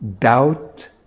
doubt